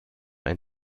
ein